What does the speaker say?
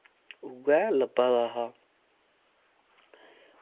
उ'यै लब्भा दा हा